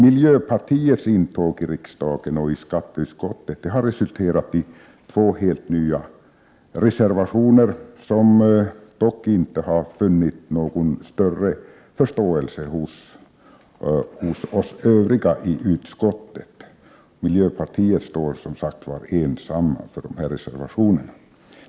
Miljöpartiets intåg i riksdagen och i skatteutskottet har resulterat i två helt nya reservationer, som dock inte har funnit någon större förståelse hos oss Övriga i utskottet. Miljöpartiet står som sagt ensamt för dessa reservationer.